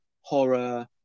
horror